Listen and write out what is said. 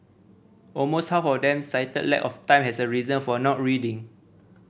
almost half of them cited lack of time as a reason for not reading